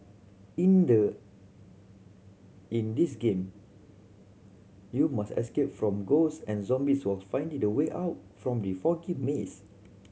in the in this game you must escape from ghosts and zombies whiles finding the way out from the foggy maze